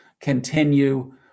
continue